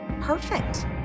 perfect